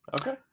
Okay